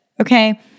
okay